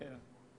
כן.